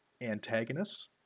antagonists